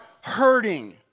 hurting